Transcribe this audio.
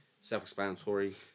self-explanatory